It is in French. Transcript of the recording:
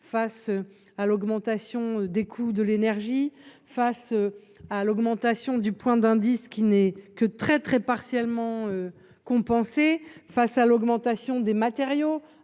face à l'augmentation des coûts de l'énergie face à l'augmentation du point d'indice, qui n'est que très très partiellement compensé face à l'augmentation des matériaux,